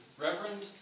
Reverend